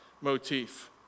motif